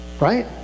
Right